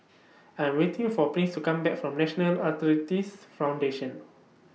I Am waiting For Prince to Come Back from National Arthritis Foundation